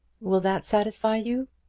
will that satisfy you?